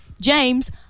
James